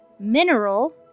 Mineral